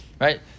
right